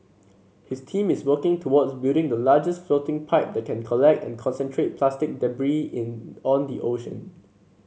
his team is working towards building the largest floating pipe that can collect and concentrate plastic debris in on the ocean